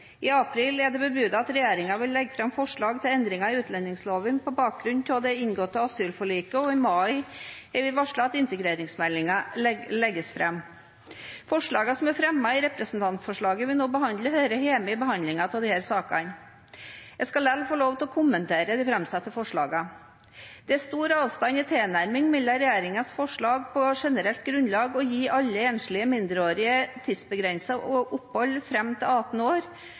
I april er det bebudet at regjeringen vil legge fram forslag til endringer i utlendingsloven på bakgrunn av det inngåtte asylforliket, og i mai er vi varslet at integreringsmeldingen legges fram. Forslagene som er fremmet i representantforslaget vi nå behandler, hører hjemme i behandlingen av disse sakene. Jeg skal likevel få lov til å kommentere de framsatte forslagene. Det er stor avstand i tilnærmingen mellom regjeringens forslag til på generelt grunnlag å gi alle enslige mindreårige tidsbegrenset opphold fram til 18 år